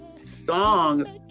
songs